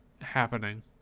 happening